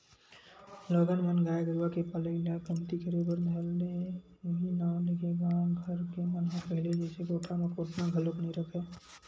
लोगन मन गाय गरुवा के पलई ल कमती करे बर धर ले उहीं नांव लेके गाँव घर के मन ह पहिली जइसे कोठा म कोटना घलोक नइ रखय